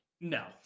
No